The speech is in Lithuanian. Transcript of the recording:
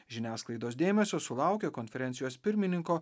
žiniasklaidos dėmesio sulaukė konferencijos pirmininko